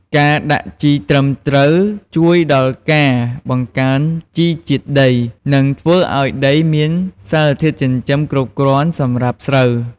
ការដាក់ជីត្រឹមត្រូវជួយដល់ការបង្កើនជីជាតិដី និងធ្វើឱ្យដីមានសារធាតុចិញ្ចឹមគ្រប់គ្រាន់សម្រាប់ស្រូវ។